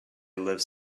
lives